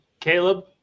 Caleb